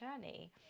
journey